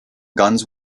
guns